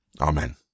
Amen